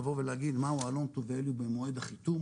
להגיד מה הוא ה- loan to valueבמועד החיתום,